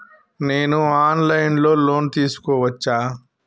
నేను online లో loan తీసుకోవచ్చా?